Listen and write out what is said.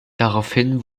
daraufhin